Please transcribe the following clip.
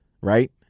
right